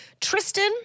Tristan